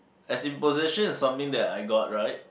as in possession is something that I got right